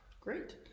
Great